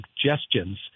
suggestions